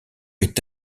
est